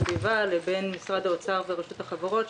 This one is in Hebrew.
הסביבה לבין משרד האוצר ורשות החברות.